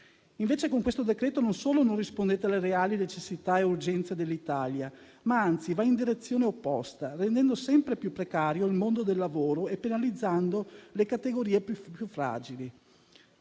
Con questo decreto non solo non rispondete alle reali necessità e urgenze dell'Italia, ma anzi si va in direzione opposta, rendendo sempre più precario il mondo del lavoro e penalizzando le categorie più fragili.